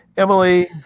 Emily